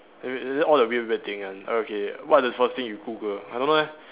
eh wait is it all the weird weird thing one okay what's the first thing you Google I don't know leh